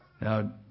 Now